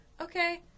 Okay